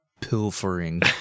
pilfering